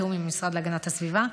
בתיאום עם המשרד להגנת הסביבה,